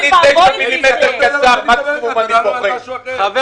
אני רוצה לדבר על שתי נקודות: